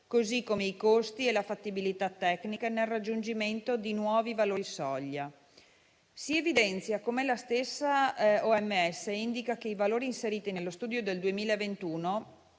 così come i costi e la fattibilità tecnica nel raggiungimento di nuovi valori soglia. Si evidenzia come la stessa OMS indichi che i valori inseriti nello studio del 2021